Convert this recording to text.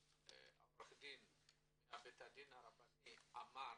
שעורך הדין מבית הדין הרבני אמר